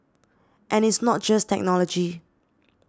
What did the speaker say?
and it's not just technology